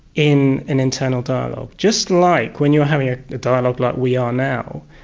in an internal dialogue, just like when you are having a dialogue like we are now,